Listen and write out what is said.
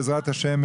בעזרת השם,